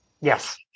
yes